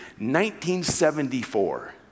1974